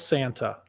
Santa